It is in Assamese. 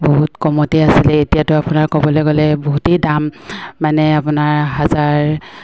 বহুত কমতে আছিলে এতিয়াতো আপোনাৰ ক'বলৈ গ'লে এই বহুতেই দাম মানে আপোনাৰ হাজাৰ